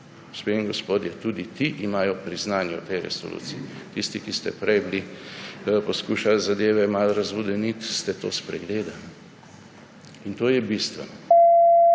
Gospe in gospodje, tudi ti imajo priznanje v tej resolucij. Tisti, ki ste prej poskušali zadeve malo razvodeniti, ste to spregledali. In to je bistveno.